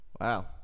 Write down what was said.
Wow